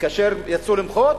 וכאשר יצאו למחות,